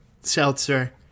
Seltzer